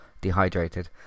dehydrated